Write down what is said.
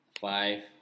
Five